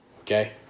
Okay